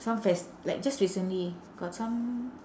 some fes~ like just recently got some